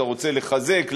אתה רוצה לחזק,